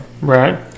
right